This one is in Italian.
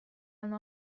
hanno